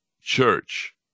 church